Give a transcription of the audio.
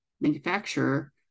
manufacturer